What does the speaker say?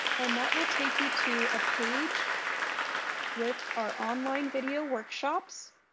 and that will take you to a page with our online video workshops,